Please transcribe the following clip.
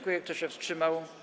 Kto się wstrzymał?